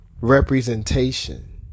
Representation